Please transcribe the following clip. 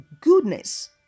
goodness